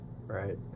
Right